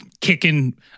kicking